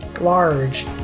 large